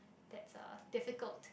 that's a difficult